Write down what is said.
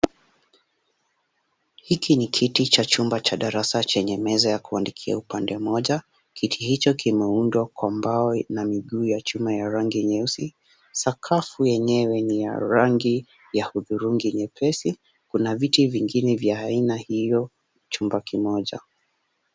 Hiki ni kiti cha chumba cha darasa chenye meza ya kuandikia upande moja. Kiti hicho kimeundwa kwa mbao na miguu ya chuma ya rangi nyeusi, sakafu yenyewe ni ya rangi ya hudhurungi nyepesi, kuna viti vingine vya aina hiyo chumba kimoja.